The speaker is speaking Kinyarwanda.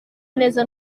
neza